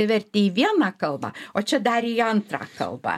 verti į vieną kalbą o čia dar į antrą kalbą